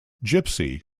gypsy